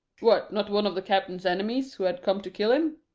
what not one of the captain's enemies who had come to kill him?